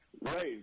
Right